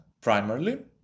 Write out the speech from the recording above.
Primarily